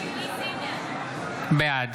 בעד